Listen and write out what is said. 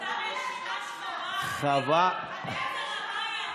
עשתה רשימה שחורה, מיקי.